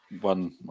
one